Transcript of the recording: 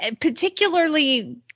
particularly